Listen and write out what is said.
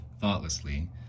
thoughtlessly